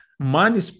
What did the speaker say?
Money